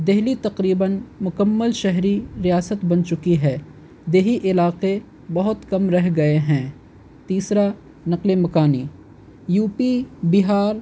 دہلی تقریباً مکمل شہری ریاست بن چکی ہے دیہی علاقے بہت کم رہ گئے ہیں تیسرا نقلے مکانی یو پی بہار